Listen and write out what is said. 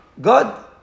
god